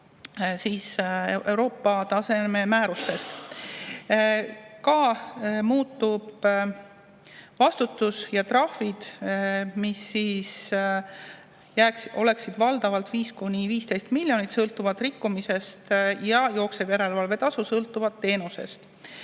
Euroopa-taseme määrustest. Muutuvad ka vastutus ja trahvid, mis oleksid valdavalt 5–15 miljonit sõltuvalt rikkumisest, ja jooksev järelevalvetasu sõltuvalt teenusest.